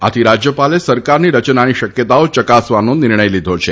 આથી રાજ્યપાલે સરકારની રચનાની શક્યતાઓ યકાસવાનો નિર્ણય લીધો છે